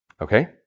Okay